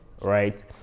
right